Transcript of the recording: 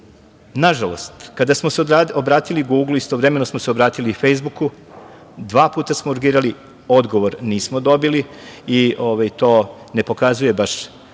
žalost, kada smo se obratili Guglu istovremeno smo se obratili i Fejsbuku. Dva puta smo urgirali, odgovor nismo dobili i to ne pokazuje baš,